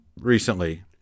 recently